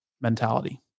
mentality